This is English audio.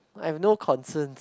I have no concerns